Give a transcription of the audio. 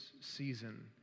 season